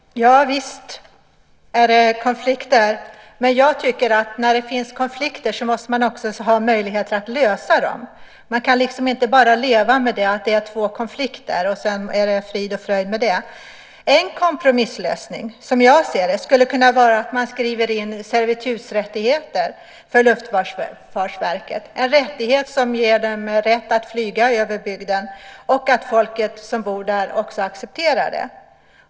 Fru talman! Visst är det konflikter. Men jag tycker att när det finns konflikter ska man också ha möjligheter att lösa dem. Man kan inte bara leva med att det är en konflikt, och sedan är det frid och fröjd med det. En kompromisslösning, som jag ser det, skulle kunna vara att man skriver in servitutsrättigheter för Luftfartsverket som ger dem rätt att flyga över bygden och att folket som bor där också accepterar det.